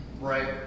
right